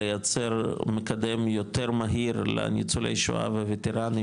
לייצר מקדם יותר מהיר לניצולי שואה וווטרנים